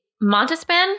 Montespan